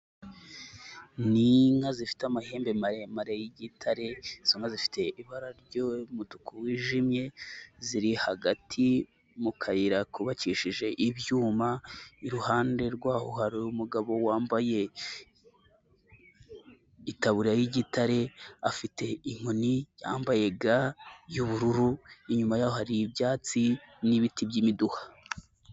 Ni inka zifite amahembe maremare y'igitare zo zifite ibara ry'umutuku wijimye, ziri hagati mu kayira kubakishije ibyuma, iruhande rwaho hari umugabo wambaye itaburiya y'igitare afite inkoni yambaye ga y'ubururu inyuma yaho hari ibyatsi n'ibiti by'imiduha.